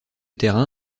terrain